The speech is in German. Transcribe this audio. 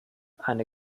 eine